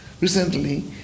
recently